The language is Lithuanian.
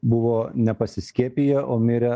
buvo nepasiskiepiję o mirė